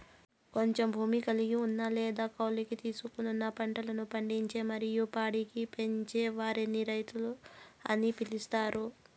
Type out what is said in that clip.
కొంచెం భూమి కలిగి ఉన్న లేదా కౌలుకు తీసుకొని పంటలు పండించి మరియు పాడిని పెంచే వారిని రైతు అని పిలుత్తారు